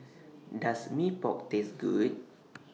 Does Mee Pok Taste Good